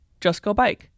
justgobike